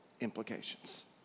implications